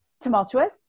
tumultuous